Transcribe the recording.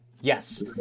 yes